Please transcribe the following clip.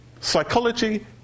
psychology